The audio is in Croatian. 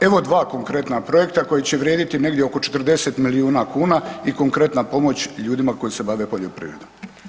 Evo dva konkretna projekta koji će vrijediti negdje oko 40 milijuna kuna i konkretna pomoć ljudima koji se bave poljoprivredom.